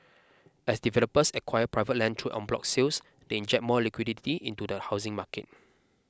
as developers acquire private land through En bloc sales they inject more liquidity into the housing market